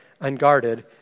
unguarded